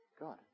God